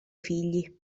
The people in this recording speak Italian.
figli